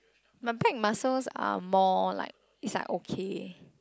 but back muscles are more like it's like okay